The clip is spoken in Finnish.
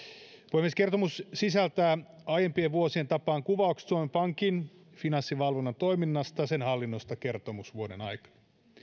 puhemies kertomus sisältää aiempien vuosien tapaan kuvaukset suomen pankin ja finanssivalvonnan toiminnasta ja hallinnosta kertomusvuoden aikana